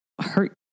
hurt